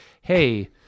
Hey